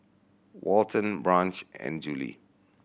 Walton Branch and Juli